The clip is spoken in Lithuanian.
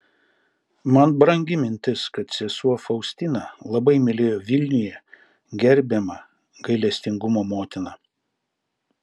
man brangi mintis kad sesuo faustina labai mylėjo vilniuje gerbiamą gailestingumo motiną